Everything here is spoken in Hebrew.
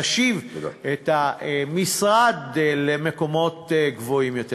גם בהצעה זאת תשובה והצבעה במועד אחר.